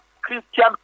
Christian